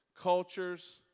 cultures